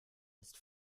ist